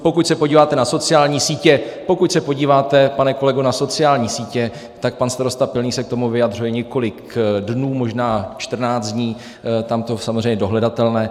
Pokud se podíváte na sociální sítě, pokud se podíváte, pane kolego, na sociální sítě, tak pan starosta Pilný se k tomu vyjadřuje několik dnů, možná 14 dní, tam to je samozřejmě dohledatelné.